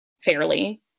fairly